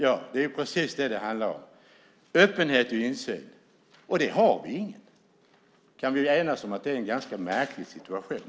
Ja, det är precis öppenhet och insyn det handlar om. Det har vi ingen. Kan vi enas om att det är en ganska märklig situation?